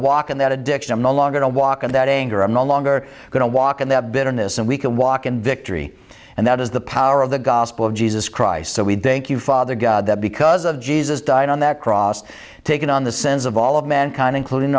walk in that addiction i'm no longer a walk on that anger among longer going to walk and that bitterness and we can walk in victory and that is the power of the gospel of jesus christ so we think you father god that because of jesus died on that cross taken on the sense of all of mankind including